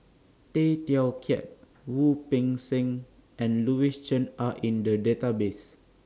Tay Teow Kiat Wu Peng Seng and Louis Chen Are in The Database